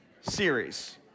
series